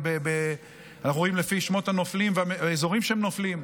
אנחנו רואים לפי שמות הנופלים והאזורים של הנופלים,